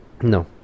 no